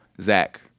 Zach